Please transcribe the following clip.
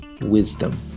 wisdom